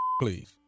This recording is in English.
please